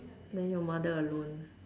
then your mother alone